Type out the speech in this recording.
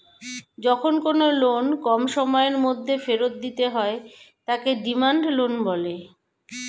যখন কোনো লোন কম সময়ের মধ্যে ফেরত দিতে হয় তাকে ডিমান্ড লোন বলে